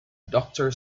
doctor